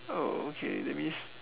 oh okay that means